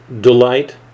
delight